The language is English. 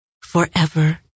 forever